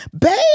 Baby